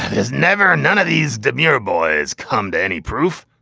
it's never none of these dimir boys come to any proof.